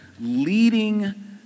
leading